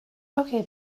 okay